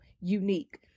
unique